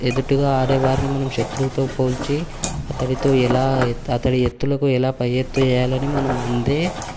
ఎదురుగా ఆడే వారిని మన శత్రువుతో పోల్చి అతడితో ఎలా అతడి ఎత్తులకు ఎలా పై ఎత్తులు వేయాలని మనం ముందే